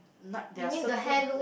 night there are certain